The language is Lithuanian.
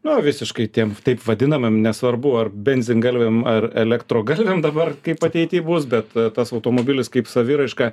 na visiškai tiem taip vadinamiem nesvarbu ar benzingalviam ar elektrogalviam dabar kaip ateity bus bet tas automobilis kaip saviraiška